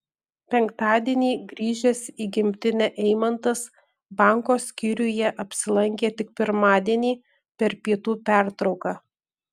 penktadienį grįžęs į gimtinę eimantas banko skyriuje apsilankė tik pirmadienį per pietų pertrauką